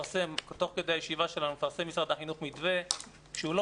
תוך כדי הישיבה שלנו מפרסם משרד החינוך מתווה כשהוא לא